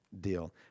deal